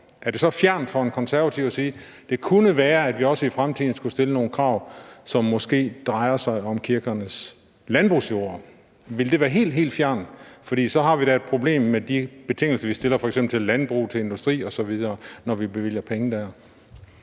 Er det så fjernt for en konservativ at sige: Det kunne være, at vi også i fremtiden skulle stille nogle krav, som måske drejer sig om kirkernes landbrugsjorder? Ville det være helt, helt fjernt? For så har vi da et problem med de betingelser, vi stiller f.eks. til landbrug, til industri osv., når vi bevilger penge der.